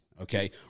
Okay